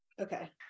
Okay